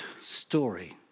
story